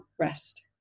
rest